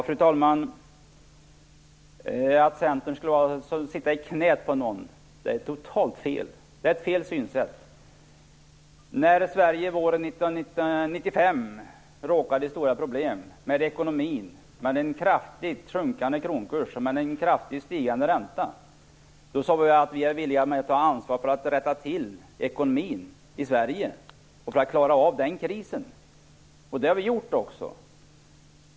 Fru talman! Det är totalt fel att Centern skulle sitta i knäet på någon. Det är ett felaktigt synsätt. När Sverige våren 1995 råkade i stora problem med ekonomin, med en kraftigt sjunkande kronkurs och med en kraftigt stigande ränta, sade vi att vi var villiga att ta ansvar för att rätta till ekonomin i Sverige och för att klara krisen. Det har vi gjort också.